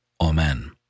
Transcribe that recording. Amen